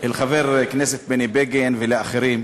אל חבר הכנסת בני בגין ואחרים.